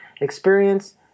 experience